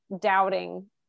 doubting